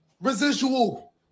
residual